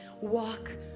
walk